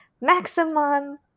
maximum